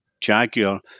Jaguar